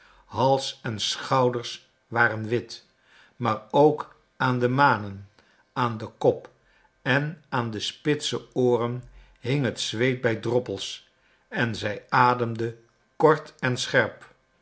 hals en schouders waren wit maar ook aan de manen aan den kop en aan de spitse ooren hing het zweet bij droppels en zij ademde kort en scherp